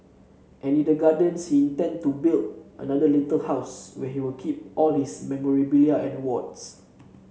and in that garden he intend to build another little house where he'll keep all his memorabilia and awards